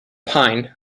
pine